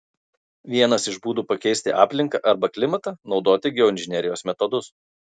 vienas iš būdų pakeisti aplinką arba klimatą naudoti geoinžinerijos metodus